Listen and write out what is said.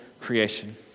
creation